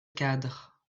cadre